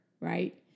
Right